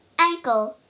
ankle